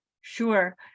sure